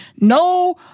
No